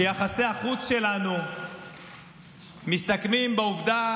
שיחסי החוץ שלנו מסתכמים בעובדה